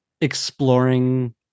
exploring